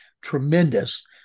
tremendous